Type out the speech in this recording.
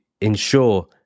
ensure